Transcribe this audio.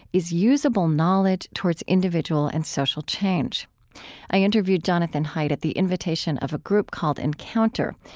is usable knowledge towards individual and social change i interviewed jonathan haidt at the invitation of a group called encounter,